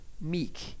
meek